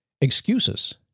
excuses